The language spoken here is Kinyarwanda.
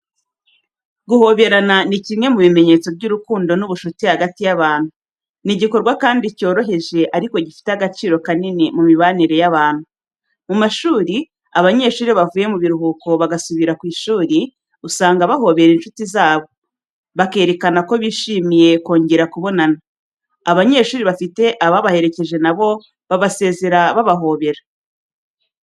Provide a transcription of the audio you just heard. Guhoberana ni kimwe mu bimenyetso by'urukundo n'ubucuti hagati y'abantu. Ni igikorwa kandi cyoroheje ariko gifite agaciro kanini mu mibanire y'abantu. Mu mashuri, abanyeshuri iyo bavuye mu biruhuko bagasubira ku ishuri, usanga bahobera inshuti zabo, bakerekana ko bishimiye kongera kubonana. Abanyeshuri bafite ababaherekeje na bo babasezera babahobera.